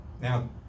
Now